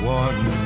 one